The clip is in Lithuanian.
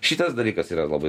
šitas dalykas yra labai